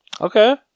Okay